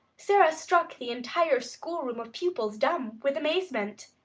sara struck the entire school-room of pupils dumb with amazement,